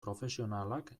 profesionalak